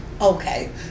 Okay